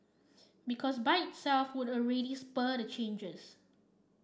because by itself would already spur the changes